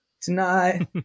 tonight